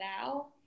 now